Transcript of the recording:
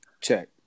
check